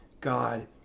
God